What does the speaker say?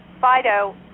Fido